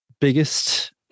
biggest